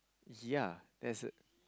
ya that's